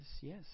yes